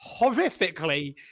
horrifically